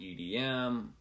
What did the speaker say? EDM